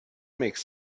makes